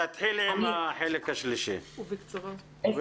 תתחילי עם החלק השלישי בקצרה.